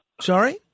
Sorry